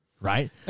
right